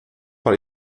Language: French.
par